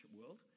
world